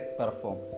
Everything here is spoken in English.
perform